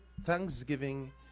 thanksgiving